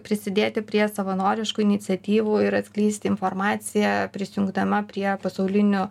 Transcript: prisidėti prie savanoriškų iniciatyvų ir atskleisti informaciją prisijungdama prie pasaulinių